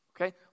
Okay